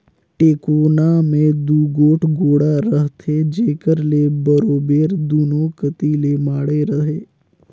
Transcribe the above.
टेकोना मे दूगोट गोड़ा रहथे जेकर ले बरोबेर दूनो कती ले माढ़े रहें